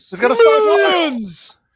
Millions